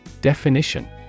Definition